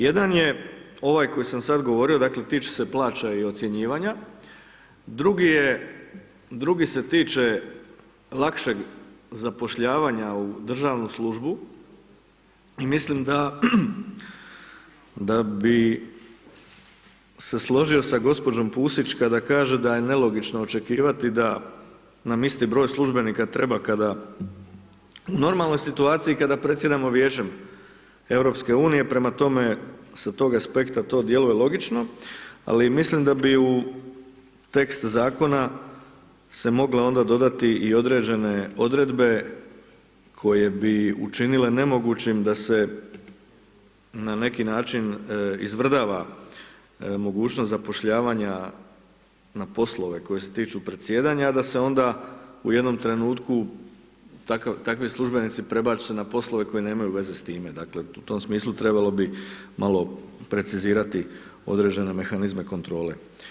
Jedan je ovaj koji sam sad govorio, dakle tiče se plaća i ocjenjivanja, drugi se tiče lakšeg zapošljavanja u državnu službu i mislim da bi se složio sa gđom. Pusić kada kaže da je nelogično očekivati da nam isti broj službenika treba kada u normalnoj situaciji kada predsjedamo Vijećem EU-a, prema tome, sa tog aspekta to djeluje logično ali mislim da bi u tekst zakona se moglo onda dodati i određene odredbe koje bi učinile nemogućim da se na neki način izvrdava mogućnost zapošljavanja na poslove koji se tiču predsjedanja a da se onda u jednom trenutku takvi službenici prebace na poslove koji nemaju veze s time, dakle u tom smislu trebalo bi malo precizirati određene mehanizme kontrole.